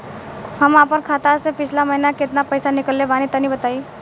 हम आपन खाता से पिछला महीना केतना पईसा निकलने बानि तनि बताईं?